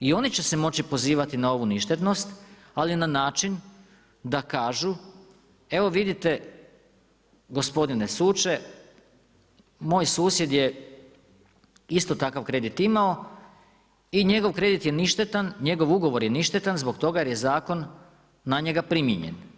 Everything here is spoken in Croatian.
I oni će se moći pozivati na ovu ništetnost, ali na način, da kažu evo vidite gospodine suče, moj susjed je isto takav kredit imao i njegov kredit je ništetan, njegov ugovor je ništetan, zbog toga jer je zakon na njega primijenjen.